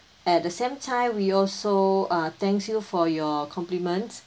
at the same time we also err thanks you for your compliments